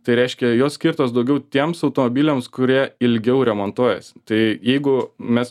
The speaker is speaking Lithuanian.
tai reiškia jos skirtos daugiau tiems automobiliams kurie ilgiau remontuojasi tai jeigu mes